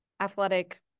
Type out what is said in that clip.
athletic